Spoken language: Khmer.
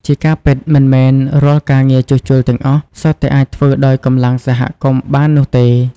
ជាការពិត មិនមែនរាល់ការងារជួសជុលទាំងអស់សុទ្ធតែអាចធ្វើដោយកម្លាំងសហគមន៍បាននោះទេ។